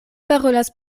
parolas